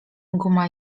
guma